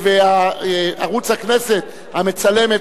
וערוץ הכנסת המצלם,